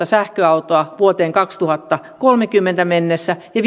sähköautoa vuoteen kaksituhattakolmekymmentä mennessä ja